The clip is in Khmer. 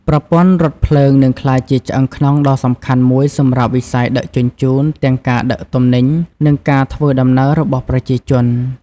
ប្រព័ន្ធរថភ្លើងនឹងក្លាយជាឆ្អឹងខ្នងដ៏សំខាន់មួយសម្រាប់វិស័យដឹកជញ្ជូនទាំងការដឹកទំនិញនិងការធ្វើដំណើររបស់ប្រជាជន។